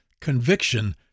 conviction